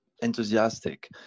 enthusiastic